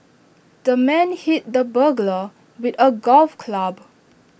the man hit the burglar with A golf club